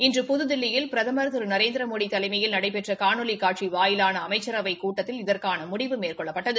இன்று புதுதில்லியில் பிரதமர் திரு நரேந்திரமோடி தலைமையில் நடைபெற்ற காணொலி காட்சி வாயிலான அமைச்சரவை கூட்டத்தில் இதற்கான முடிவு மேற்கொள்ளப்பட்டது